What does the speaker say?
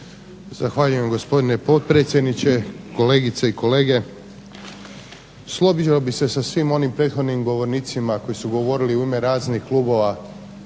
Zahvaljujem gospodine potpredsjedniče, kolegice i kolege. Složio bih se sa svim onim prethodnim govornicima koji su govorili u ime raznih klubova